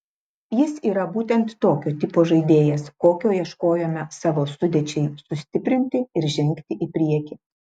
jis yra būtent tokio tipo žaidėjas kokio ieškojome savo sudėčiai sustiprinti ir žengti į priekį